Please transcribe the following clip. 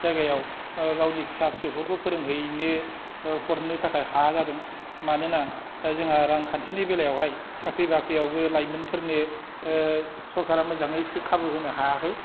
जायगायाव गावनि फिसा फिसौफोरखौ फोरोंहैनो हरनो थाखाय हाया जादों मानोना जोंहा रां खान्थिनि बेलायावहाय साख्रि बाख्रि आवबो लाइमोन फोरनो सरखारा मोजाङै खाबु होनो हायाखै